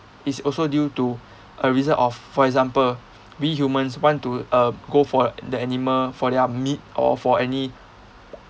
it's also due to a result of for example we humans want to uh go for the animal for their meat or for any